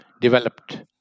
developed